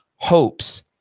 hopes